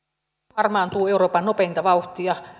harmaantuu euroopan nopeinta vauhtia